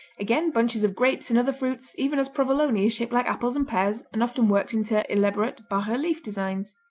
again bunches of grapes and other fruits, even as provolone is shaped like apples and pears and often worked into elaborate bas-relief designs.